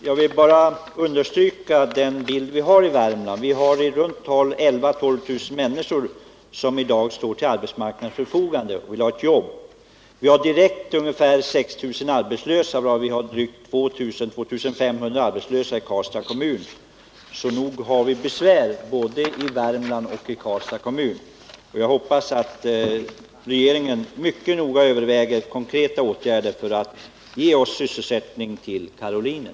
Herr talman! Jag vill bara understryka hur allvarligt läget är i Värmland. Vi har i runt tal 11 000-12 000 människor som i dag står till arbetsmarknadens förfogande och vill ha ett jobb. Vi har ungefär 6 000 som är direkt arbetslösa, och vi har bortåt 2 500 arbetslösa bara i Karlstads kommun. Så nog har vi det besvärligt i Värmland, inte minst i Karlstads kommun. Jag hoppas därför att regeringen mycket noga överväger hur man skall kunna vidta konkreta åtgärder för att ge oss sysselsättning så att vi kan utnyttja Karolinen.